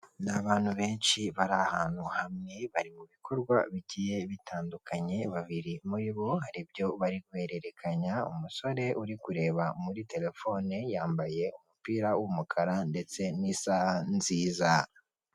U Rwanda rufite intego yo kongera umukamo n'ibikomoka ku matungo, niyo mpamvu amata bayakusanyiriza hamwe, bakayazana muri kigali kugira ngo agurishwe ameze neza yujuje ubuziranenge.